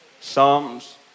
Psalms